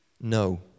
No